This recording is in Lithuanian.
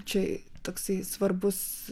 čia toksai svarbus